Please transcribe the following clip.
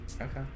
Okay